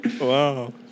Wow